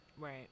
right